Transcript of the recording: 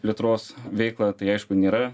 plėtros veiklą tai aišku nėra